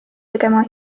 tegema